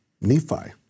Nephi